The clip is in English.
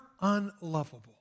unlovable